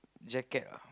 jacket ah